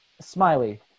smiley